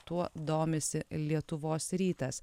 tuo domisi lietuvos rytas